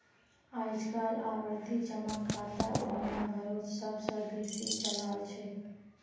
अइजकाल आवर्ती जमा खाता दुनिया भरोत सब स बेसी चलाल छेक